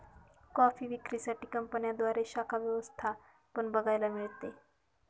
coffee विक्री साठी कंपन्यांद्वारे शाखा व्यवस्था पण बघायला मिळते